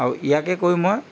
আৰু ইয়াকে কৈ মই